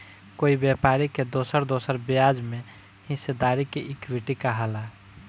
कोई व्यापारी के दोसर दोसर ब्याज में हिस्सेदारी के इक्विटी कहाला